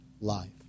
life